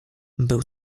był